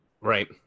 right